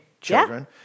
children